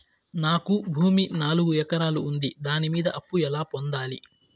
నాకు భూమి నాలుగు ఎకరాలు ఉంది దాని మీద అప్పు ఎలా పొందాలి?